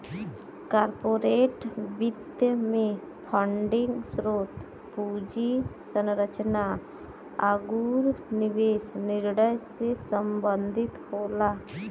corporate वित्त में funding स्रोत, पूंजी संरचना आुर निवेश निर्णय से संबंधित होला